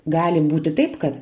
gali būti taip kad